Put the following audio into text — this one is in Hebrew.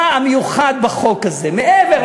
מה המיוחד בחוק הזה מעבר לנושא,